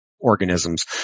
organisms